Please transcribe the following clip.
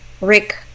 Rick